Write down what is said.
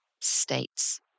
states